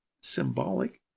symbolic